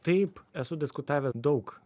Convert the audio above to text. taip esu diskutavę daug